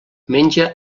menja